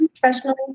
professionally